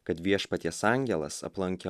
kad viešpaties angelas aplankė